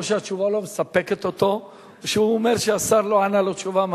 או שהתשובה לא מספקת אותו או שהוא אומר שהשר לא ענה לו תשובה.